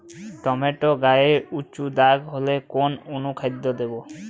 Tomato গায়ে উচু দাগ হলে কোন অনুখাদ্য দেবো?